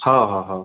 हो हो हो